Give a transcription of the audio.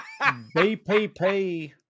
BPP